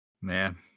Man